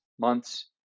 months